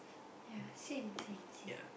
ya same same same